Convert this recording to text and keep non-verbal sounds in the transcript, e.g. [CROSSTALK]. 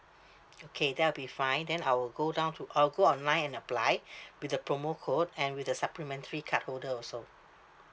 [BREATH] okay that will be fine then I will go down to I will go online and apply [BREATH] with the promo code and with the supplementary card holder also